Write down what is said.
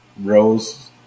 Rose